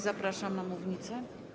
Zapraszam na mównicę.